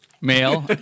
male